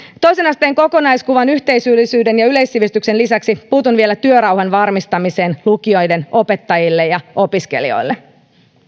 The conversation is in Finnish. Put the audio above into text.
toisen asteen kokonaiskuvan yhteisöllisyyden ja yleissivistyksen lisäksi puutun vielä työrauhan varmistamiseen lukioiden opettajille ja opiskelijoille